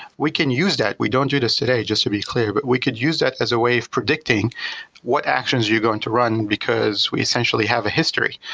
we can use that. we don't do this today just to be clear, but we could use that as a way of predicting what actions you are going to run because we essentially have a history.